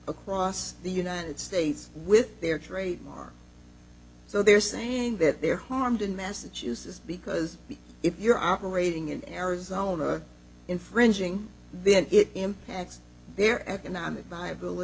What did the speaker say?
across the united states with their great so they're saying that they're harmed in massachusetts because if you're operating in arizona infringing then it impacts their economic